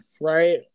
right